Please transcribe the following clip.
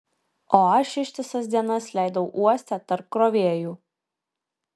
o aš ištisas dienas leidau uoste tarp krovėjų